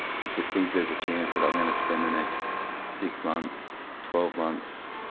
to to think there's a chance that i'm going to spend the next six months, twelve months,